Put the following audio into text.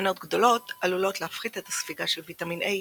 מנות גדולות עלולות להפחית את הספיגה של ויטמין A,